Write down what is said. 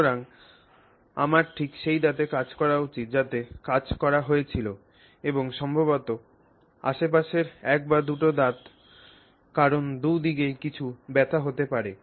সুতরাং আমার ঠিক সেই দাঁতে কাজ করা উচিত যাতে কাজ করা হয়েছিল এবং সম্ভবত আশে পাশের এক বা দুটি দাঁত কারণ দু দিকেই কিছু ব্যথা হতে পারে